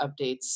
updates